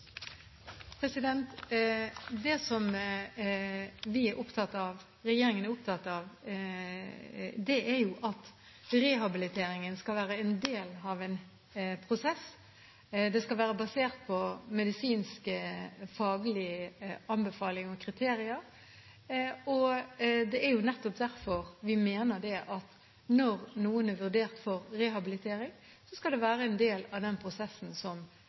Det som regjeringen er opptatt av, er at rehabiliteringen skal være en del av en prosess. Det skal være basert på medisinskfaglige anbefalinger og kriterier. Det er nettopp derfor vi mener at når noen er vurdert for rehabilitering, skal det være en del av den prosessen som